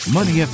Money